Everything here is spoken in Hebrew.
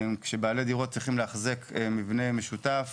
כשבעלי דירות צריכים לאחזק מבנה משותף